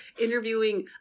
interviewing